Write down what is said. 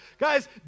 Guys